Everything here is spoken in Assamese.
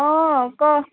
অ' ক